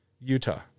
Utah